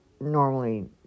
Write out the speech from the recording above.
normally